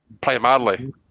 primarily